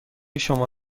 شما